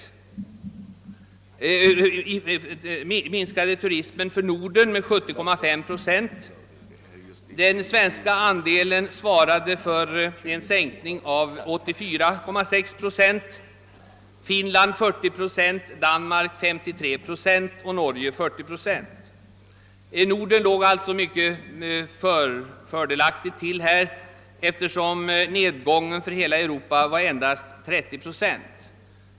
Den svenska turismen minskade med hela 84,6 procent, turismen från Finland med 40 procent, från Danmark med 53 procent och från Norge med 40 procent. Den nordiska insatsen var alltså mycket effektiv med tanke på att turismen från hela Europa minskade med endast 30 procent.